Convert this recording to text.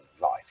life